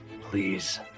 Please